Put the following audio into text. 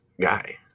guy